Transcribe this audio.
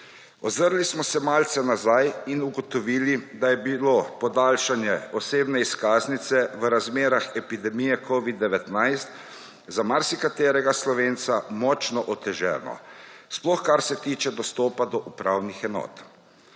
Ozrli smo se malce nazaj in ugotovili, da je bilo podaljšanje osebne izkaznice v razmerah epidemije COVID-19 za marsikaterega Slovenca močno oteženo, sploh kar se tiče dostopa do upravnih enot.